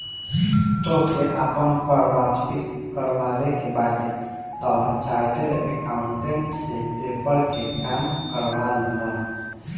तोहके आपन कर वापसी करवावे के बाटे तअ चार्टेड अकाउंटेंट से पेपर के काम करवा लअ